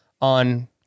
on